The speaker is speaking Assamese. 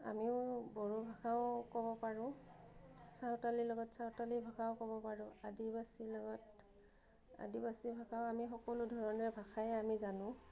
আমিও বড়ো ভাষাও ক'ব পাৰোঁ চাওতালীৰ লগত চাওতালী ভাষাও ক'ব পাৰোঁ আদিবাসীৰ লগত আদিবাসী ভাষাও আমি সকলো ধৰণৰ ভাষাই আমি জানো